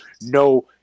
no